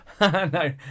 No